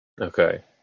Okay